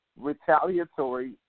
retaliatory